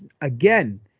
again